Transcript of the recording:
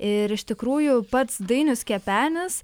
ir iš tikrųjų pats dainius kepenis